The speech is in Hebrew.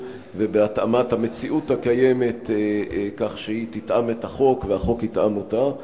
ואת התאמת המציאות הקיימת כך שהיא תתאם את החוק והחוק יתאם אותה.